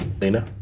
Lena